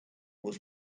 was